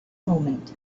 moment